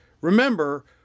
Remember